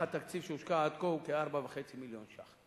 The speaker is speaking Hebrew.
התקציב שהושקע עד כה הוא כ-4.5 מיליון ש"ח.